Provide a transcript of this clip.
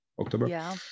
October